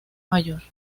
mayor